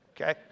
okay